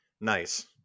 Nice